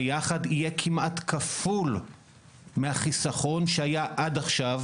ביחד יהיה כמעט כפול מהחיסכון שהיה עד עכשיו